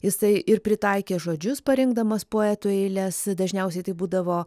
jisai ir pritaikė žodžius parinkdamas poetų eiles dažniausiai tai būdavo